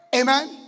Amen